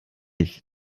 ich